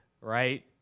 right